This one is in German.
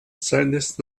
seines